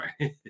right